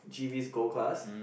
G_V's gold class